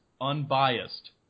Unbiased